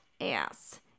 ass